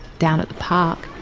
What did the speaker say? down at the park.